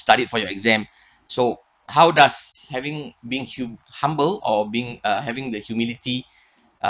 studied for your exam so how does having being hum~ humble or being uh having the humility uh